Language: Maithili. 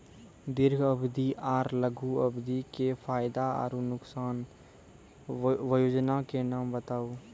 दीर्घ अवधि आर लघु अवधि के फायदा आर नुकसान? वयोजना के नाम बताऊ?